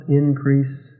increase